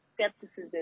skepticism